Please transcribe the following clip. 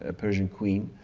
ah persian queen.